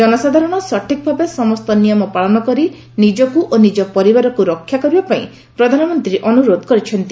ଜନସାଧାରଣ ସଠିକ୍ ଭାବେ ସମସ୍ତ ନିୟମ ପାଳନ କରି ନିଜକୁ ଓ ନିଜ ପରିବାରକୁ ରକ୍ଷା କରିବା ପାଇଁ ପ୍ରଧାନମନ୍ତ୍ରୀ ଅନୁରୋଧ କରିଛନ୍ତି